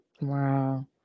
Wow